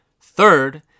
Third